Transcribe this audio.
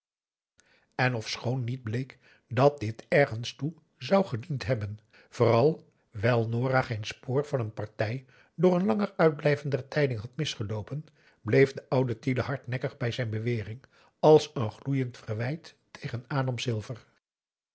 en ofschoon niet bleek dat dit ergens toe zou gediend hebben vooral wijl nora geen spoor van een partij door het langer uitblijven der tijding had misgeloopen bleef de oude tiele hardnekkig bij zijn bewering als een gloeiend verwijt tegen adam silver